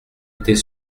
était